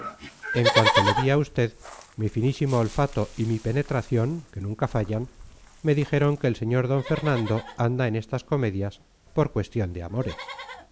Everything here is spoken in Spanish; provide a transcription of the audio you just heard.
en cuanto le vi a usted mi finísimo olfato y mi penetración que nunca fallan me dijeron que el sr d fernando anda en estas comedias por cuestión de amores